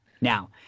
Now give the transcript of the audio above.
now